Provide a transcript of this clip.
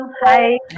Hi